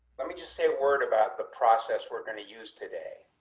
let me just say a word about the process. we're going to use today.